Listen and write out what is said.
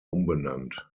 umbenannt